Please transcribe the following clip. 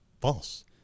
false